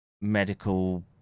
medical